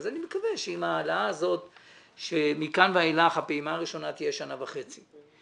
אני מקווה שעם ההעלאה הזאת שמכאן ואילך הפעימה הראשונה תהיה שנה וחצי.